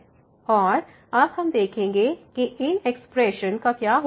और अब हम देखेंगे कि इन एक्सप्रेशन का क्या होगा